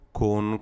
con